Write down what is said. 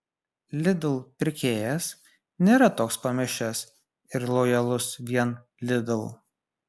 lidl pirkėjas nėra toks pamišęs ir lojalus vien lidl